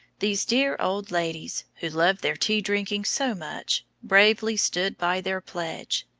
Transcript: these dear old ladies, who loved their tea-drinking so much, bravely stood by their pledge.